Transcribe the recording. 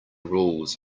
rules